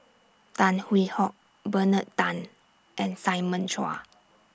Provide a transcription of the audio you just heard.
Tan Hwee Hock Bernard Tan and Simon Chua